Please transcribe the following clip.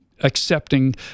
accepting